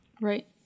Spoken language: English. Right